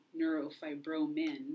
neurofibromin